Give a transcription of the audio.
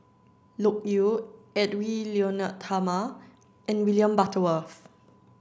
Loke Yew Edwy Lyonet Talma and William Butterworth